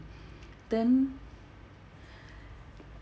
then